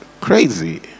crazy